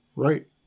right